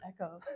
echo